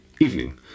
Evening